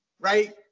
right